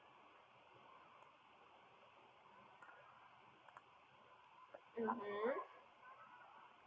mmhmm